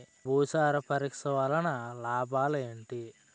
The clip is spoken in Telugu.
భూసార పరీక్ష వలన లాభాలు ఏంటి?